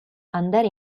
andare